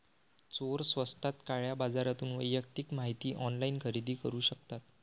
चोर स्वस्तात काळ्या बाजारातून वैयक्तिक माहिती ऑनलाइन खरेदी करू शकतात